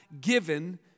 given